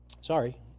Sorry